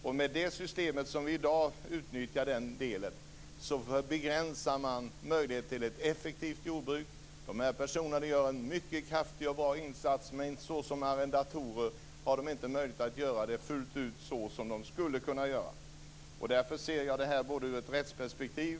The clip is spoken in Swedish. Men med det system som vi i dag utnyttjar begränsar man möjligheten till ett effektivt jordbruk. De här personerna gör en mycket kraftig och bra insats, men som arrendatorer har de inte möjlighet att göra det fullt ut så som de skulle kunna göra. Därför ser jag det här ur ett rättsperspektiv.